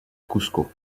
cuzco